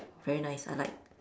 very nice I like